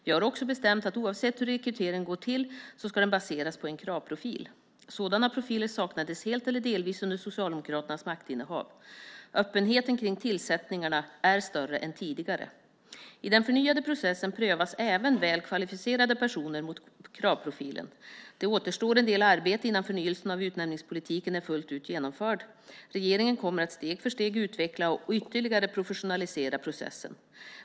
Vi har också bestämt att oavsett hur rekryteringen går till ska den baseras på en kravprofil. Sådana profiler saknades helt eller delvis under Socialdemokraternas maktinnehav. Öppenheten kring tillsättningarna är nu större än tidigare. I den förnyade processen prövas även väl kvalificerade personer mot kravprofilen. Det återstår en del arbete innan förnyelsen av utnämningspolitiken fullt ut är genomförd. Regeringen kommer att steg för steg utveckla och ytterligare professionalisera processen.